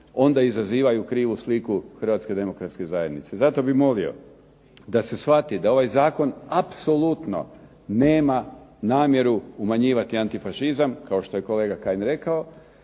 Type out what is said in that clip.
onda izazivaju krivu sliku Hrvatske demokratske zajednice. Zato bih molio da se shvati da ovaj Zakon apsolutno nema namjeru umanjivati antifašizam kao što je kolega Kajin rekao,